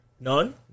None